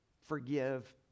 Forgive